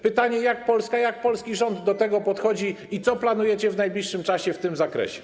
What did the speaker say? Pytanie: Jak Polska, jak polski rząd do tego podchodzą i co planujecie w najbliższym czasie w tym zakresie?